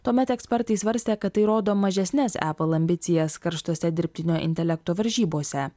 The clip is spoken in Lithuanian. tuomet ekspertai svarstė kad tai rodo mažesnes apple ambicijas karštose dirbtinio intelekto varžybose